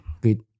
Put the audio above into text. good